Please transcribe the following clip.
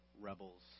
rebels